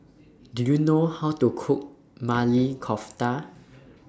Do YOU know How to Cook Maili Kofta